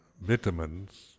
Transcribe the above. vitamins